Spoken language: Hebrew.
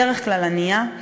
בדרך כלל ענייה,